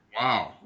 Wow